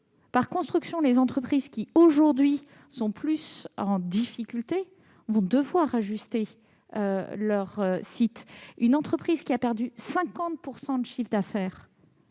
économique. Les entreprises qui sont aujourd'hui les plus en difficulté vont devoir ajuster leurs sites. Une entreprise qui a perdu 50 % de son chiffre d'affaires